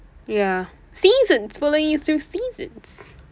ya seasons follow you through seasons